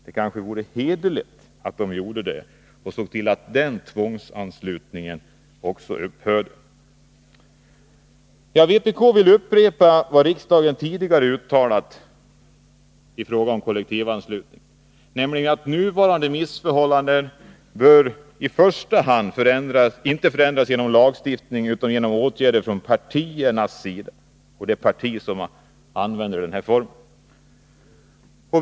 Det vore kanske hederligt att de sade något och såg till att också denna tvångsanslutning upphör. Vpk vill upprepa vad riksdagen tidigare har uttalat i fråga om kollektivanslutningen, nämligen att nuvarande missförhållanden inte bör förändras i första hand genom lagstiftning utan genom åtgärder från det parti som använder den här anslutningsformen.